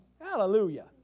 hallelujah